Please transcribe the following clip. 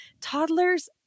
Toddlers